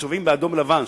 שצובעים באדום-לבן,